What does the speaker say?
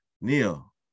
Neil